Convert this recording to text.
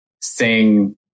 sing